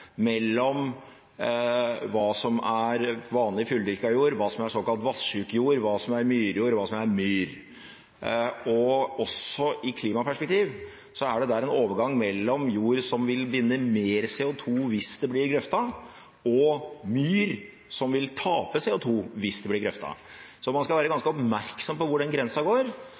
hva som er vanlig fulldyrket jord, hva som er såkalt vassjuk jord, hva som er myrjord, og hva som er myr. Også i et klimaperspektiv er det en overgang mellom jord som vil binde mer CO2 hvis den blir grøftet, og myr som vil tape CO2 hvis den blir grøftet. Så man skal være